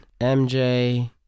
MJ